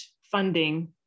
funding